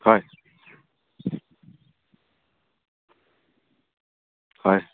হয় হয়